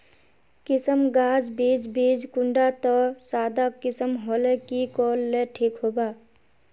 किसम गाज बीज बीज कुंडा त सादा किसम होले की कोर ले ठीक होबा?